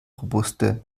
robuste